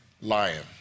lion